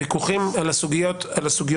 ויכוחים על סוגיות